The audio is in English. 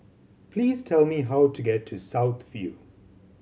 please tell me how to get to South View